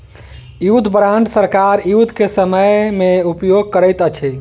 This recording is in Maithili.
युद्ध बांड सरकार युद्ध के समय में उपयोग करैत अछि